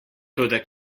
toda